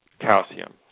calcium